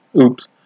oops